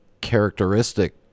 characteristic